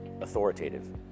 Authoritative